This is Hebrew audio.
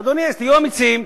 אדוני, אז תהיו אמיצים.